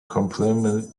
compliment